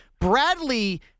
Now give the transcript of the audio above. Bradley